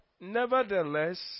nevertheless